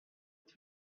tout